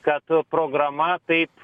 kad programa taip